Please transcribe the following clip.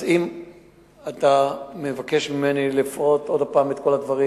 אם אתה מבקש ממני לפרוט עוד פעם את כל הדברים,